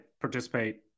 participate